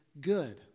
Good